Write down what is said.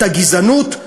את הגזענות.